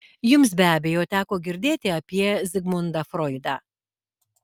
jums be abejo teko girdėti apie zigmundą froidą